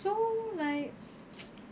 so like